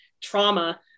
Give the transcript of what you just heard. trauma